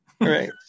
right